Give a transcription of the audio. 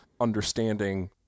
understanding